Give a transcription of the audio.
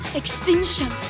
extinction